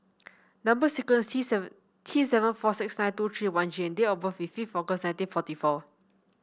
number sequence is T seven T seven four six nine two three one G and date of birth is fifth August nineteen forty four